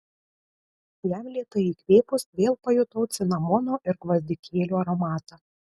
jam lėtai įkvėpus vėl pajutau cinamono ir gvazdikėlių aromatą